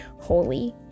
holy